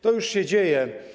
To już się dzieje.